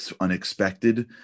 unexpected